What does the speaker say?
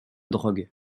drogue